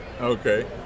Okay